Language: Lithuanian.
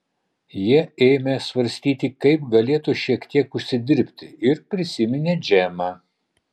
jie ėmė svarstyti kaip galėtų šiek tiek užsidirbti ir prisiminė džemą